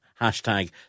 hashtag